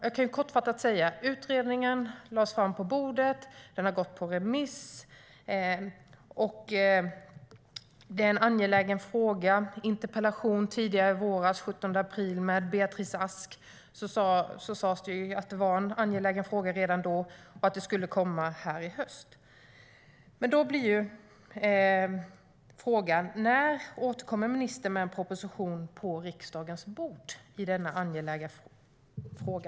Jag kan kortfattat säga att utredningen lades fram på bordet, den har gått på remiss och det är en angelägen fråga. I en interpellationsdebatt med Beatrice Ask tidigare i våras, den 17 april, sas det att det var en angelägen fråga redan då och att det skulle komma i höst. Då blir frågan: När återkommer ministern med en proposition på riksdagens bord i denna angelägna fråga?